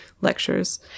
lectures